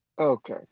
Okay